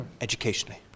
Educationally